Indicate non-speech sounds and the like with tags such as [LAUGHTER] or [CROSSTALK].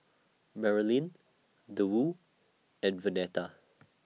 Merilyn [UNINTELLIGIBLE] and Vernetta